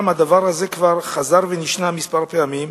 הדבר הזה כבר חזר ונשנה שם כמה פעמים,